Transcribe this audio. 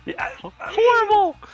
Horrible